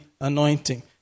anointing